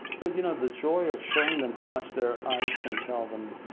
but you know the joy of showing them how much their eyes can tell them,